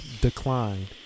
declined